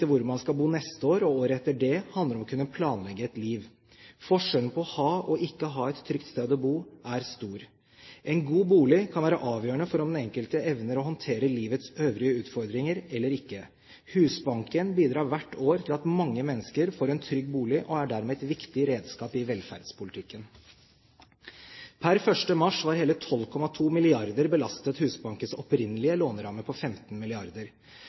hvor man skal bo neste år og året etter det, handler om å kunne planlegge et liv. Forskjellen på å ha og ikke å ha et trygt sted å bo er stor. En god bolig kan være avgjørende for om den enkelte evner å håndtere livets øvrige utfordringer eller ikke. Husbanken bidrar hvert år til at mange mennesker får en trygg bolig, og er dermed et viktig redskap i velferdspolitikken. Per 1. mars var hele 12,2 mrd. kr belastet Husbankens opprinnelige låneramme på 15